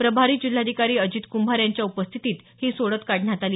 प्रभारी जिल्हाधिकारी अजित कुंभार यांच्या उपस्थितीत ही सोडत काढण्यात आली